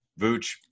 Vooch